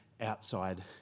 outside